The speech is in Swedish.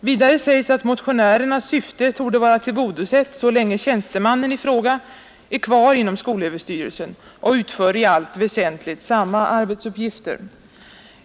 Vidare sägs att motionärernas syfte torde vara tillgodosett så länge tjänstemannen i fråga är kvar inom skolöverstyrelsen och utför i allt väsentligt samma arbetsuppgifter.